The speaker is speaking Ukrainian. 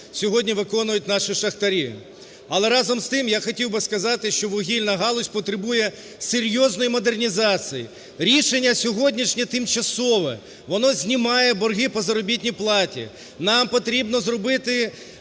сьогодні виконують наші шахтарі. Але, разом з тим, я хотів би сказати, що вугільна галузь потребує серйозної модернізації. Рішення сьогоднішнє тимчасове, воно знімає борги по заробітній платі. Нам потрібно зробити